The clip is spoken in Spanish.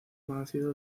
conocido